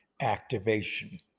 activation